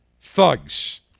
thugs